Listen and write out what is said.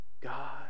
God